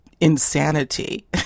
insanity